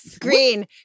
Green